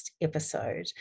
episode